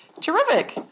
Terrific